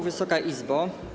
Wysoka Izbo!